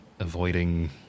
Avoiding